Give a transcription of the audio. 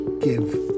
give